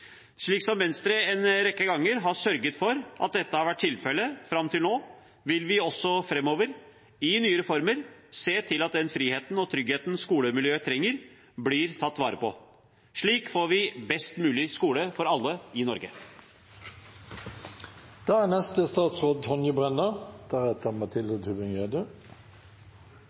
Slik Venstre en rekke ganger har sørget for at dette har vært tilfelle fram til nå, vil vi også framover i nye reformer se til at den friheten og tryggheten skolemiljøet trenger, blir tatt vare på. Slik får vi best mulig skole for alle i Norge.